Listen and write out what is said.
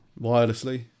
wirelessly